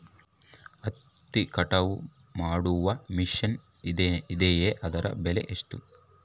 ಹತ್ತಿ ಕಟಾವು ಮಾಡುವ ಮಿಷನ್ ಇದೆಯೇ ಅದರ ಬೆಲೆ ಎಷ್ಟು?